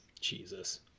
Jesus